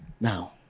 now